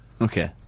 Okay